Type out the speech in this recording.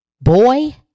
boy